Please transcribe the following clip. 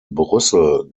brüssel